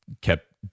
kept